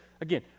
again